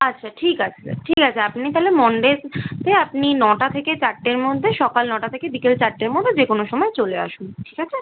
আচ্ছা ঠিক আছে স্যার ঠিক আছে আপনি তালে মনডেতে আপনি নটা থেকে চারটের মধ্যে সকাল নটা থেকে বিকেলে চারটের মধ্যে যে কোনো সমায় চলে আসুন ঠিক আছে